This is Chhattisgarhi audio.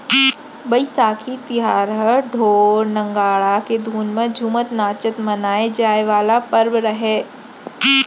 बइसाखी तिहार ह ढोर, नंगारा के धुन म झुमत नाचत मनाए जाए वाला परब हरय